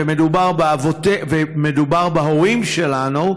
וכשמדובר בהורים שלנו,